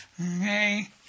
Okay